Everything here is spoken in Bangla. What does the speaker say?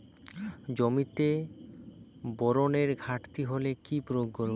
জমিতে বোরনের ঘাটতি হলে কি প্রয়োগ করব?